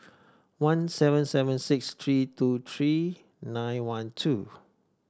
one seven seven six three two three nine one two